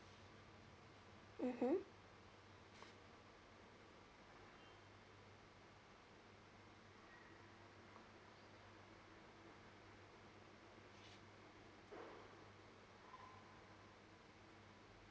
mmhmm